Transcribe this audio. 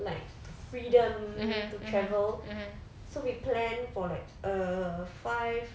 like freedom to travel so we planned for like a five